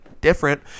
different